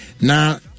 Now